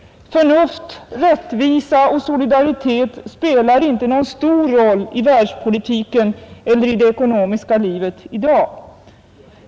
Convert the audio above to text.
Förnuft, rättvisa och solidaritet spelar inte någon stor roll i världspolitiken eller i det ekonomiska livet i dag.